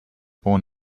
born